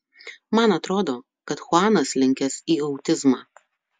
man atrodo kad chuanas linkęs į autizmą